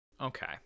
Okay